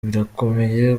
birakomeye